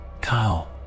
Kyle